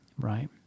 right